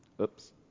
Oops